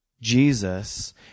Jesus